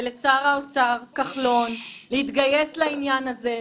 ולשר האוצר כחלון, להתגייס לעניין הזה.